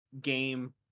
game